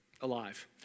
alive